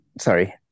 sorry